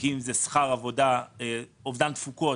אם זה שכר עבודה או אובדן תפוקות,